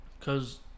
cause